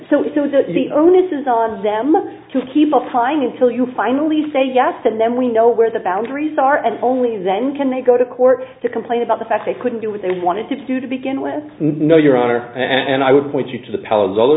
the the onus is on them to keep applying until you finally say yes and then we know where the boundaries are and only then can they go to court to complain about the fact they couldn't do what they wanted to do to begin with no your honor and i would point you to the pal